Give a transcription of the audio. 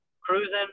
cruising